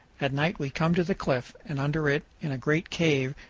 at night we come to the cliff, and under it, in a great cave,